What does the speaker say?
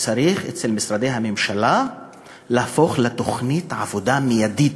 צריך אצל משרדי הממשלה להפוך לתוכנית עבודה מיידית,